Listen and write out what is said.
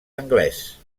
anglès